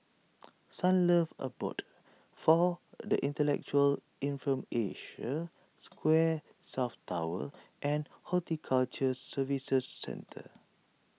Sunlove Abode for the Intellectually Infirmed Asia Square South Tower and Horticulture Services Centre